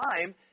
time